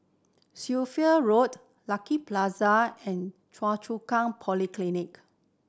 Sophia Road Lucky Plaza and Choa Chu Kang Polyclinic